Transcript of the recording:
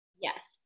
Yes